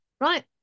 Right